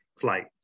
flight